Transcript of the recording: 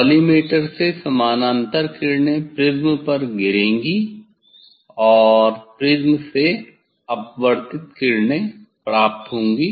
collimator से समानांतर किरणें प्रिज्म पर गिरेंगी और प्रिज्म से अपवर्तित किरणें प्राप्त होंगी